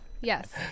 yes